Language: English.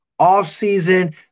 offseason